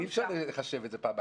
אי אפשר לחשב את זה פעמיים.